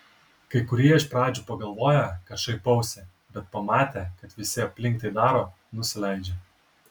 kai kurie iš pradžių pagalvoja kad šaipausi bet pamatę kad visi aplink tai daro nusileidžia